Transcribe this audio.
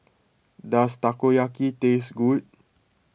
does Takoyaki taste good